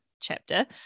chapter